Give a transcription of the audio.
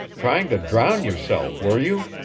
trying to drown yourself, were you?